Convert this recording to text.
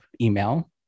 email